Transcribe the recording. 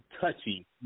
touchy